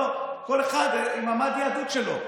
לא, כל אחד עם מד היהדות שלו.